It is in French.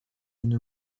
une